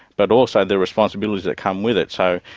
but also the responsibilities that come with it. so,